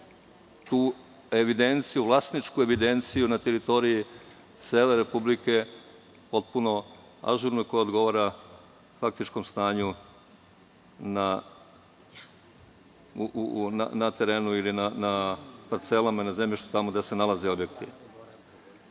tu evidenciju, vlasničku evidenciju na teritoriji cele Republike, potpuno ažurnu, koja odgovara faktičnom stanju na terenu ili na parcelama, na zemljištu, tamo gde se nalaze objekti. Jako